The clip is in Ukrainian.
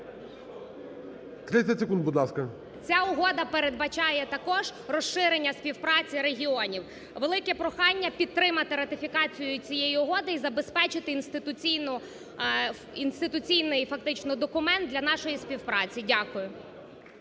Ця угода передбачає також розширення співпраці регіонів. Велике прохання підтримати ратифікацію цієї угоди і забезпечити інституційний фактично документ для нашої співпраці. Дякую.